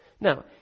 now